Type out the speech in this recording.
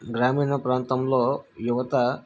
గ్రామీణ ప్రాంతంలో యువత